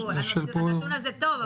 הנתון הזה טוב,